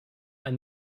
ein